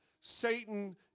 Satan